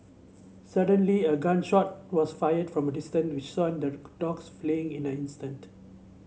suddenly a gun shot was fired from a distance which the dogs fleeing in an instant